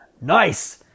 Nice